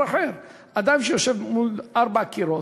אדם שיושב מול ארבעה קירות,